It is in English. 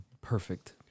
perfect